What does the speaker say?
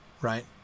right